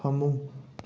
ꯐꯃꯨꯡ